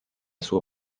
sua